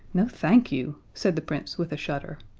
no, thank you, said the prince, with a shudder.